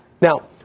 Now